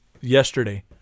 yesterday